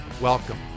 Welcome